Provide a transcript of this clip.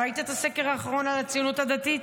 ראית את הסקר האחרון על הציונות הדתית?